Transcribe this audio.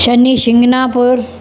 Shani Shingnapur